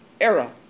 era